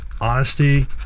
honesty